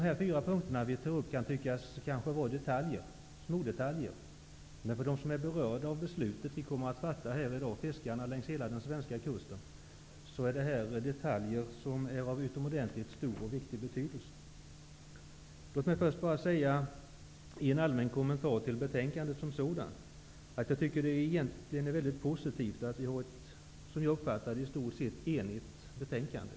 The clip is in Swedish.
De fyra punkter som vi tar upp kan kanske tyckas vara smådetaljer, men för dem som är berörda av det beslut som vi kommer att fatta här i dag, dvs. för fiskarna längs hela den svenska kusten, är detta detaljer av utomordentligt stor betydelse. Låt mig först bara säga som en allmän kommentar till betänkandet att det är mycket positivt att det är i stort sett enhälligt.